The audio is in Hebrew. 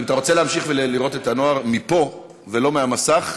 אם אתה רוצה להמשיך ולראות את הנוער מפה ולא מהמסך,